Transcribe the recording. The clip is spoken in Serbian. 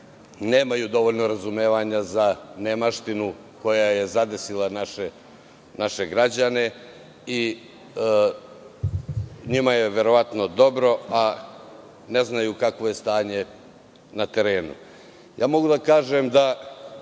nemaju dovoljno razumevanja za nemaštinu koja je zadesila naše građane i njima je verovatno dobro, a ne znaju kakvo je stanje na terenu. Mogu da kažem da